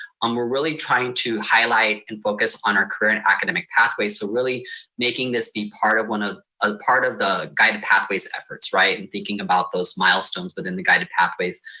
we're really trying to highlight and focus on our current academic pathways. so really making this be part of one of a part of the guided pathways efforts, right, and thinking about those milestones within the guided pathways,